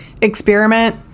experiment